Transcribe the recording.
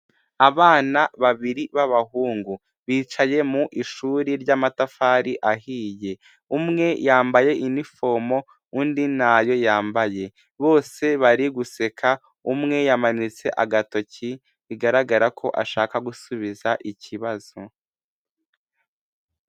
Abana babiri b'abahungu, bicaye mu ishuri ry'amatafari ahiye, umwe yambaye inifomo undi ntayo yambaye, bose bari guseka, umwe yamanitse agatoki, bigaragara ko ashaka gusubiza ikibazo.